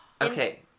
Okay